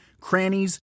crannies